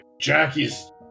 Jackie's